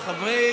רגע.